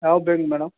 ಯಾವ bank madam